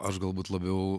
aš galbūt labiau